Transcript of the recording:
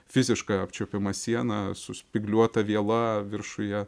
fiziška apčiuopiama siena su spygliuota viela viršuje